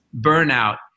burnout